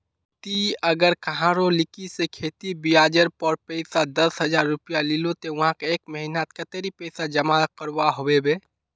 ती अगर कहारो लिकी से खेती ब्याज जेर पोर पैसा दस हजार रुपया लिलो ते वाहक एक महीना नात कतेरी पैसा जमा करवा होबे बे?